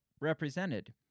represented